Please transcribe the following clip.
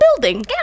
building